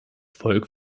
volk